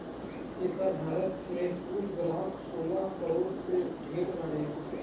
एकर भारत मे कुल ग्राहक सोलह करोड़ से ढेर बारे